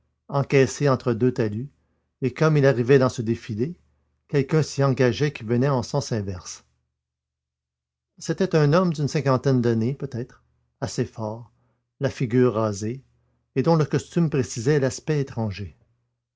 encaissé entre deux talus et comme il arrivait dans ce défilé quelqu'un s'y engageait qui venait en sens inverse c'était un homme d'une cinquantaine d'années peut-être assez fort la figure rasée et dont le costume précisait l'aspect étranger